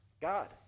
God